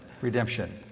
redemption